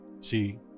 See